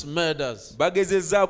murders